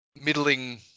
middling